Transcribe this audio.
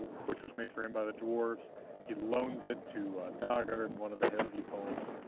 which was made for him by the dwarves he loans it to dagr in one of the helgi poems.